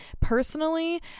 Personally